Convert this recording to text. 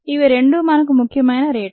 ఇవి రెండు మనకు ముఖ్యమైన రేట్లు